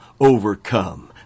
overcome